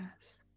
Yes